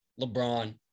LeBron